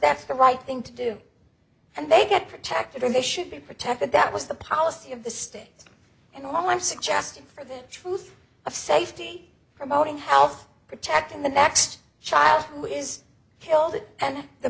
that's the right thing to do and they get protected and they should be protected that was the policy of the state and all i'm suggesting for the truth of safety promoting health protecting the next child who is killed and the